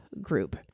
group